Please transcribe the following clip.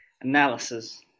analysis